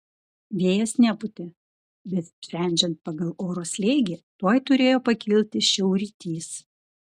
vėjas nepūtė bet sprendžiant pagal oro slėgį tuoj turėjo pakilti šiaurrytys